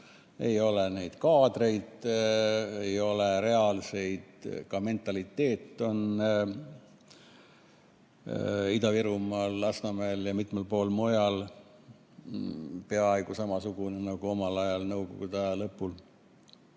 Ei ole neid kaadreid, ei ole reaalseid kaadreid, ka mentaliteet on Ida-Virumaal, Lasnamäel ja mitmel pool mujal peaaegu samasugune nagu omal ajal nõukogude aja lõpul.